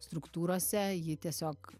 struktūrose ji tiesiog